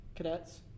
cadets